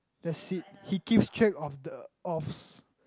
that's it he keeps track of the offs